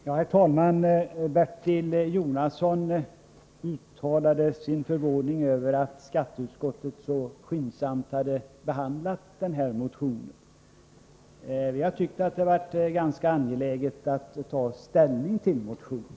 Herr talman! Bertil Jonasson uttryckte sin förvåning över att skatteutskottet så skyndsamt hade behandlat den här motionen. Vi har tyckt att det har varit ganska angeläget att ta ställning till motionen.